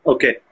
Okay